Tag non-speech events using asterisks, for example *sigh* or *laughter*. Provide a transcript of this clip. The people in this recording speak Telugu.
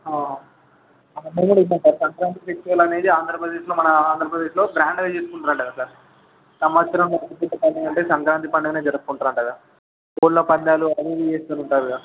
ఆ *unintelligible* సంక్రాంతి ఫెస్టివల్ అనేది ఆంధ్రప్రదేశ్లో మన ఆంధ్రప్రదేశ్లో గ్రాండ్గా చేసుకుంటారుట కదా సార్ సంవత్సరం మొత్తం *unintelligible* సంక్రాంతి పండుగనే జరుపుకుంటారట కదా కోళ్ళ పందాలు అవి ఇవి చేసుకుంటారటగా